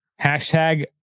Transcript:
Hashtag